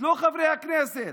לא חברי הכנסת.